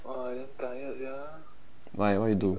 why what you do